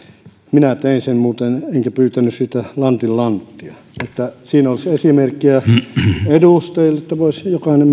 minä muuten tein sen enkä pyytänyt siitä lantin lanttia että siinä olisi esimerkkiä edustajille voisi jokainen